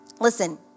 Listen